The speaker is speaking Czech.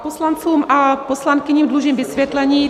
Poslancům a poslankyním dlužím vysvětlení.